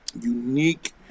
unique